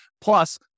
Plus